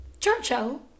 Churchill